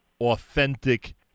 authentic